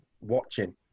watching